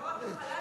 זה לא רק חלל,